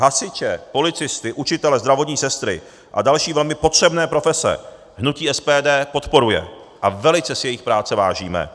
Hasiče, policisty, učitele, zdravotní sestry a další velmi potřebné profese hnutí SPD podporuje a velice si jejich práce vážíme.